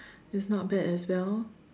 is not bad as well